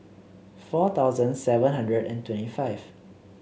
four thousand seven hundred and twenty five